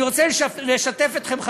אני רוצה לשתף אתכם,